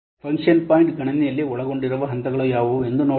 function point ಗಣನೆಯಲ್ಲಿ ಒಳಗೊಂಡಿರುವ ಹಂತಗಳು ಯಾವುವು ಎಂದು ನೋಡೋಣ